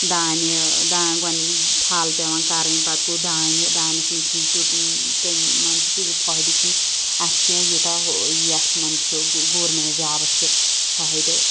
دانہِ دانہِ گۄ تھل پیٚوان کَرٕنۍ پَتہٕ گوٚو دانہِ دانیٚس مَنٛز چھُنہٕ تیٛوٗت مان ژٕ تیٛوٗت فٲیدٕ چھُنہٕ اَتھ کیٚنٛہہ یوتاہ ٲں یتھ مَنٛز چھُ گورمیٚنٛٹ جابَس چھُ فٲیدٕ